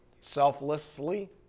selflessly